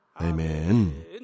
Amen